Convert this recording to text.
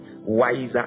wiser